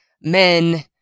men